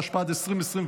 התשפ"ד 2024,